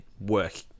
work